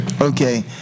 Okay